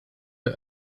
der